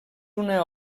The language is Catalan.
una